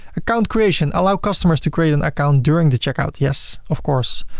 account creation allow customers to create an account during the checkout yes, of course.